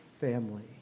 family